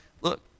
Look